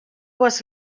was